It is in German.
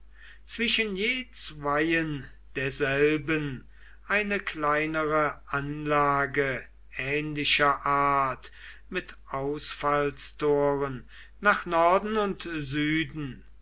zwischen je zweien derselben eine kleinere anlage ähnlicher art mit ausfallstoren nach norden und süden